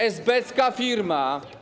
Esbecka firma.